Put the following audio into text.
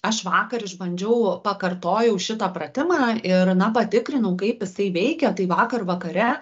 aš vakar išbandžiau pakartojau šitą pratimą ir na patikrinau kaip jisai veikia tai vakar vakare